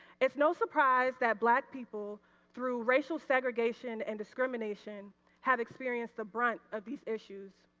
is no surprise that black people through racial segregation and discrimination had experienced the brunt of these issues.